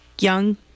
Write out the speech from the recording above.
young